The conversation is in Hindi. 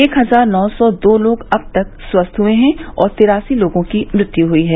एक हजार नौ सौ दो लोग अब तक स्वस्थ हुए हैं और तिरासी लोगों की मृत्यु हुई है